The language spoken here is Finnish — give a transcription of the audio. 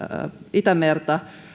itämerta